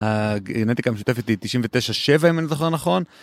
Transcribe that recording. הגנטיקה המשותפת היא 99.7 אם אני זוכר נכון.